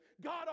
God